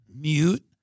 Mute